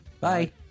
Bye